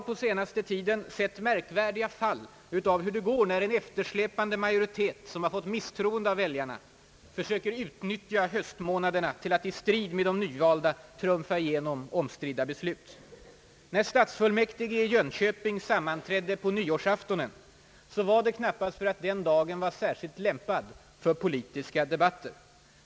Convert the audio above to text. På senaste tiden har vi sett märkvär diga fall av hur det går när en eftersläpande majoritet, som har fått misstroende av väljarna, försöker utnyttja höstmånaderna för att i strid med de nyvalda trumfa igenom omstridda beslut. När stadsfullmäktige i Jönköping sammanträdde på nyårsaftonen var det knappast för att den dagen kunde anses särskilt lämpad för politiska debatter.